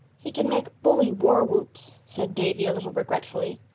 he can make bully war-whoops, said davy a little regretfully.